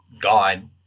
god